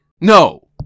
No